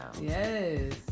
yes